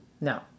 No